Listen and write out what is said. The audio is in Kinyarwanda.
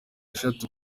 esheshatu